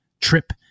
trip